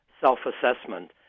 self-assessment